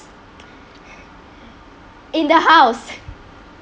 in the house